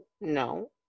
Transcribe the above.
no